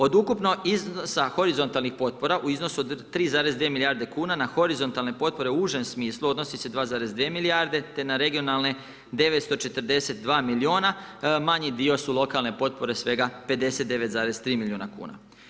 Od ukupnog iznosa horizontalnih potpora u iznosu od 3,2 milijarde kuna na horizontalne potpore u užem smislu odnosi se 2,2 milijarde te na regionalne 942 milijuna, manji dio su lokalne potpore svega 59,3 milijuna kuna.